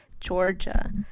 georgia